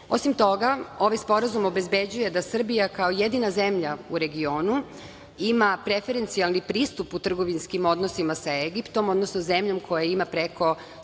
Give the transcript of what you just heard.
Osim toga, ovaj sporazum obezbeđuje da Srbija kao jedina zemlja u regionu ima preferencijalni pristup u trgovinskim odnosima sa Egiptom, odnosno zemljom koja ima preko